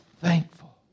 thankful